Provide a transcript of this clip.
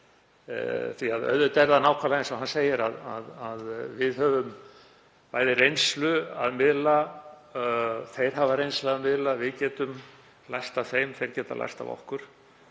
því að auðvitað er það nákvæmlega eins og hann segir; við höfum reynslu af að miðla og þeir hafa reynslu af að miðla, við getum lært af þeim og þeir geta lært af okkur,